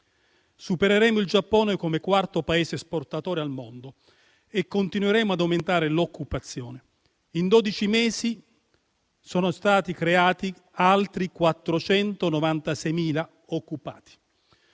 Supereremo il Giappone come quarto Paese esportatore al mondo e continueremo ad aumentare l'occupazione; in dodici mesi sono stati creati altri 496.000 posti